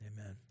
amen